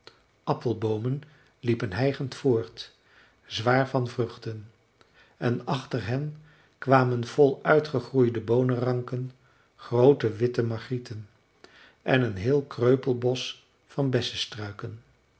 appelboomen liepen hijgend voort zwaar van vruchten en achter hen kwamen vol uitgegroeide booneranken groote witte margrieten en een heel kreupelbosch van